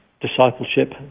discipleship